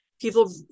People